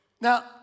Now